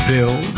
Bill